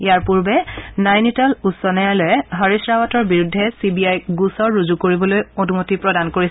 ইয়াৰ পূৰ্বে নাইনিতাল উচ্চ ন্যায়ালয়ে হৰিশ ৰাৱাটৰ বিৰুদ্ধে চি বি আইক গোচৰ ৰুজু কৰিবলৈ অনুমতি প্ৰদান কৰিছিল